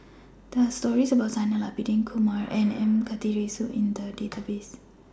There Are stories about Zainal Abidin Kumar and M Karthigesu in The Database